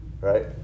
right